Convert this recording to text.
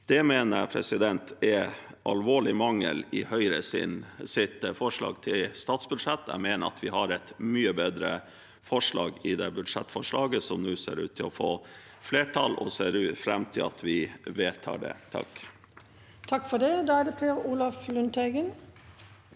Det mener jeg er en alvorlig mangel i Høyres forslag til statsbudsjett. Jeg mener at vi har et mye bedre forslag i det budsjettforslaget som nå ser ut til å få flertall, og ser fram til at vi vedtar det. Per Olaf Lundteigen